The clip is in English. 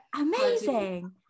Amazing